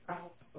out